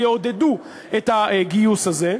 יעודדו את הגיוס הזה,